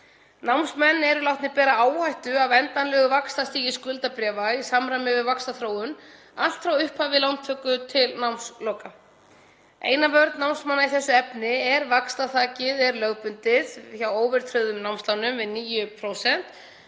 Námsmenn eru látnir bera áhættu af endanlegu vaxtastigi skuldabréfa í samræmi við vaxtaþróun allt frá upphafi lántöku til námsloka. Eina vörn námsmanna í þessu efni er vaxtaþakið sem er lögbundið við 9% á óverðtryggðum námslánum en á